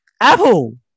Apple